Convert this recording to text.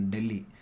Delhi